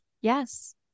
Yes